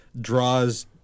draws